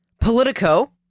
Politico